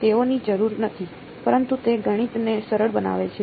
તેઓની જરૂર નથી પરંતુ તે ગણિતને સરળ બનાવે છે